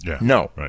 No